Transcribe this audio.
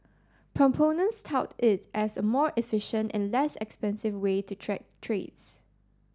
proponents tout it as a more efficient and less expensive way to track trades